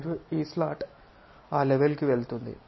మరియు ఈ స్లాట్ ఆ లెవెల్ కి వెళుతుంది